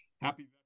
Happy